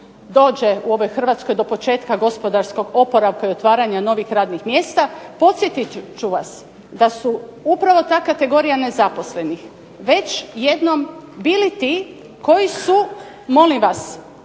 dođe u ove Hrvatske do početka gospodarskog oporavka i otvaranja novih radnih mjesta, podsjetit ću vas da su upravo ta kategorija nezaposlenih već jednom bili ti koji su već,